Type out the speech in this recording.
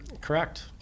Correct